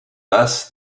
thus